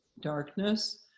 darkness